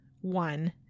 one